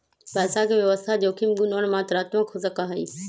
पैसा के व्यवस्था जोखिम गुण और मात्रात्मक हो सका हई